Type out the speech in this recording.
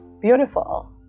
beautiful